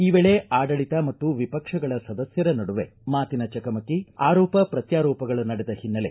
ಈ ವೇಳೆ ಆಡಳಿತ ಮತ್ತು ವಿಪಕ್ಷಗಳ ಸದಸ್ಥರ ನಡುವೆ ಮಾತಿನ ಚಕಮಕಿ ಆರೋಪ ಪ್ರತ್ಯಾರೋಪಗಳು ನಡೆದ ಹಿನ್ನೆಲೆ